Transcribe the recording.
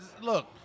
look